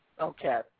Okay